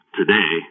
today